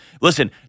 Listen